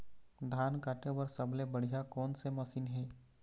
धान काटे बर सबले बढ़िया कोन से मशीन हे?